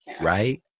right